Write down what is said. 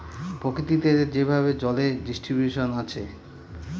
প্রকৃতিতে যেভাবে জলের ডিস্ট্রিবিউশন আছে